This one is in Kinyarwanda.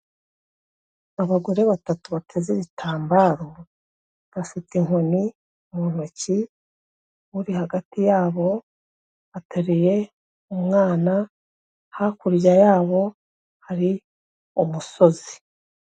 Abagore batatu bateze ibitambaro bafite inkoni mu ntoki, uri hagati yabo atereye umwana, hakurya yabo hari umusozi.